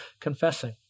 confessing